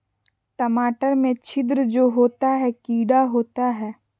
टमाटर में छिद्र जो होता है किडा होता है?